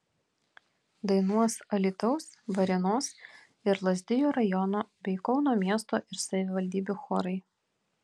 dainuos alytaus varėnos ir lazdijų rajonų bei kauno miesto ir savivaldybių chorai